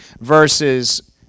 versus